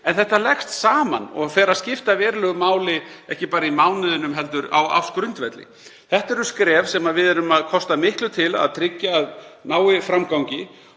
en þetta leggst saman og fer að skipta verulegu máli, ekki bara í mánuðinum heldur á ársgrundvelli. Þetta eru skref sem við kostum miklu til til að tryggja að þau nái framgangi.